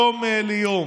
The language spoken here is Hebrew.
בעיניי איומה,